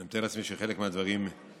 אני מתאר לעצמי שחלק מהדברים מוכרים,